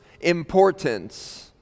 importance